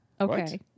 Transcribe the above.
Okay